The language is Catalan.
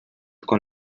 quan